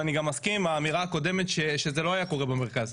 ואני גם מסכים עם האמירה הקודמת שזה לא היה קורה במרכז.